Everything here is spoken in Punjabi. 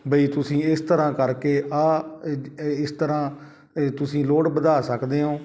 ਬਾਈ ਤੁਸੀਂ ਇਸ ਤਰ੍ਹਾਂ ਕਰਕੇ ਆਹ ਇਸ ਤਰ੍ਹਾਂ ਤੁਸੀਂ ਲੋਡ ਵਧਾ ਸਕਦੇ ਹੋ